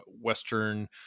Western